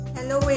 Hello